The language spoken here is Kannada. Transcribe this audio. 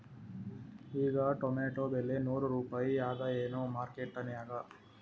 ಈಗಾ ಟೊಮೇಟೊ ಬೆಲೆ ನೂರು ರೂಪಾಯಿ ಅದಾಯೇನ ಮಾರಕೆಟನ್ಯಾಗ?